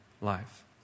life